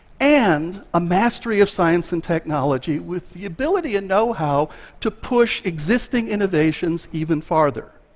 and a mastery of science and technology with the ability and knowhow to push existing innovations even farther.